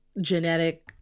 genetic